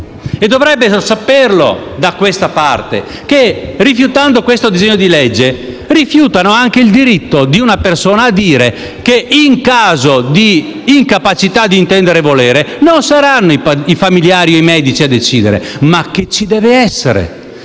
dovrebbero capire che, rifiutando questo disegno di legge, rifiutano anche il diritto di una persona di dire che in caso di incapacità di intendere e di volere non saranno i famigliari e i medici a decidere, ma che ci deve essere